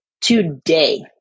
today